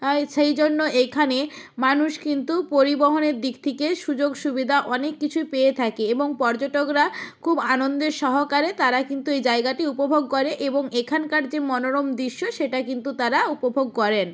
আর সেই জন্য এইখানে মানুষ কিন্তু পরিবহনের দিক থেকে সুযোগ সুবিধা অনেক কিছুই পেয়ে থাকে এবং পর্যটকরা খুব আনন্দের সহকারে তারা কিন্তু এই জায়গাটি উপভোগ করে এবং এখানকার যে মনোরম দৃশ্য সেটা কিন্তু তারা উপভোগ করেন